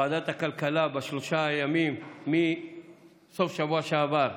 שוועדת הכלכלה בשלושת הימים, מסוף השבוע שעבר,